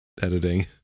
Editing